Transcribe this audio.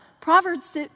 Proverbs